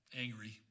angry